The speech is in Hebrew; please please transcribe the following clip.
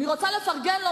אני רוצה לפרגן לו,